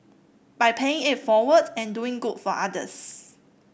by paying it forward and doing good for others